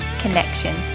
connection